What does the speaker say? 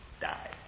die